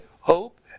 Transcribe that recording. hope